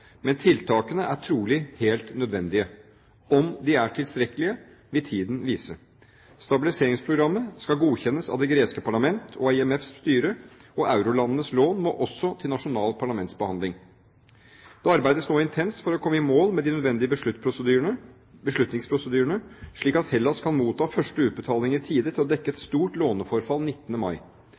men tiltakene er trolig helt nødvendige. Om de er tilstrekkelige, vil tiden vise. Stabiliseringsprogrammet skal godkjennes av det greske parlamentet og av IMFs styre, og eurolandenes lån må også til nasjonal parlamentsbehandling. Det arbeides nå intenst for å komme i mål med de nødvendige beslutningsprosedyrene, slik at Hellas kan motta første utbetaling i tide til å dekke et stort låneforfall 19. mai.